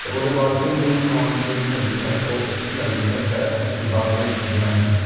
ਅਤੇ ਉਹਦੇ ਬਾਅਦ ਫਿਰ ਮੈਨੂੰ ਸ਼ਾਮ ਦੀ ਜਿਹੜੀ ਹੈਗੀ ਹੈ ਉਹ ਅੱਛੀ ਲੱਗਦੀ ਹੈ ਸੈਰ ਆਪਣੇ ਬਾਗ ਦੇ ਵਿੱਚ ਜਾਣ ਦੀ